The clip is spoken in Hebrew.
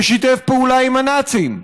ששיתף פעולה עם הנאצים,